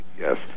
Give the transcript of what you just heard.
yes